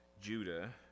Judah